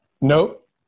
Nope